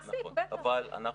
נכון, אבל אנחנו